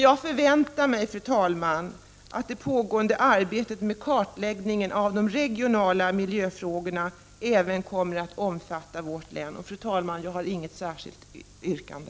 Jag förväntar mig att det pågående arbetet med kartläggningen av de regionala miljöfrågorna även kommer att omfatta vårt län. Jag har inget särskilt yrkande.